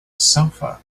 sofa